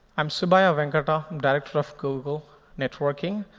i'm subbaiah vekanta. i'm director of google networking.